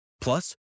Plus